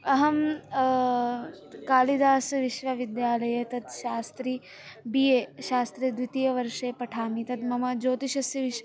अहं कालिदासविश्वविद्यालये तत् शास्त्री बि ए शास्त्री द्वितीयवर्षे पठामि तद् मम ज्योतिषस्य विश्